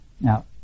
Now